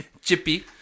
Chippy